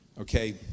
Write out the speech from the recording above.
okay